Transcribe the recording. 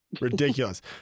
Ridiculous